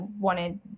wanted